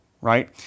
right